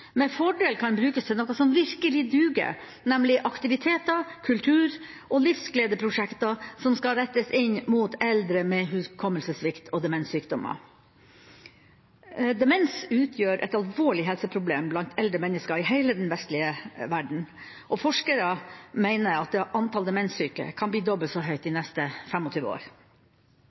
med fordel kan brukes til noe som virkelig duger – nemlig aktiviteter, kultur og livsgledeprosjekter som skal rettes inn mot eldre med hukommelsessvikt og demenssykdommer. Demens utgjør et alvorlig helseproblem blant eldre mennesker i hele den vestlige verden, og forskere mener at antall demenssyke kan bli dobbelt så høyt de neste